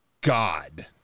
God